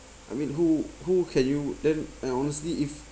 I mean who who can you then I honestly if